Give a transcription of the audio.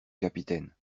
capitaine